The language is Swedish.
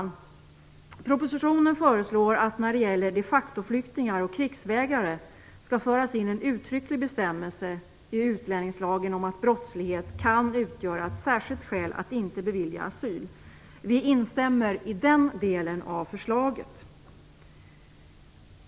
I propositionen föreslås att det när det gäller de facto-flyktingar och krigsvägrare skall föras in en uttrycklig bestämmelse i utlänningslagen om att brottslighet kan utgöra ett särskilt skäl att inte bevilja asyl. Vi instämmer i den delen av förslaget.